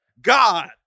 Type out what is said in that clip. God